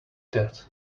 that